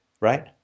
right